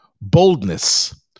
boldness